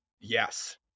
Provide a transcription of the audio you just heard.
yes